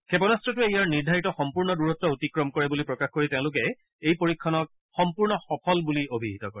ক্ষেপণাস্থটোৱে ইয়াৰ নিৰ্ধাৰিত সম্পূৰ্ণ দূৰত্ অতিক্ৰম কৰে বুলি প্ৰকাশ কৰি তেওঁলোকে এই পৰীক্ষণক সম্পূৰ্ণ সফল বুলি অভিহিত কৰে